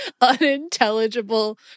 unintelligible